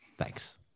Thanks